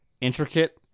intricate